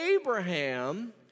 Abraham